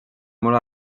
molt